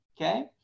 Okay